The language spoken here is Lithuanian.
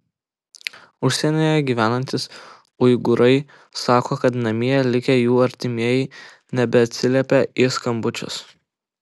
užsienyje gyvenantys uigūrai sako kad namie likę jų artimieji nebeatsiliepia į skambučius